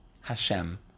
Hashem